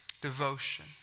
devotion